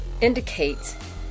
indicates